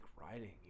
writing